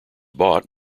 bought